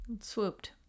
swooped